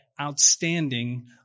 outstanding